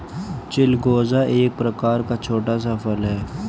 चिलगोजा एक प्रकार का छोटा सा फल है